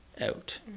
out